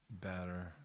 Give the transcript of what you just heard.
better